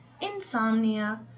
insomnia